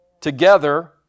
together